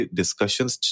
discussions